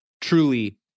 truly